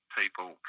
people